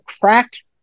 cracked